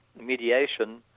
mediation